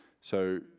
So-